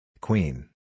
Queen